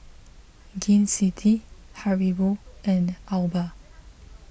Gain City Haribo and Alba